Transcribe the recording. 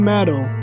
Metal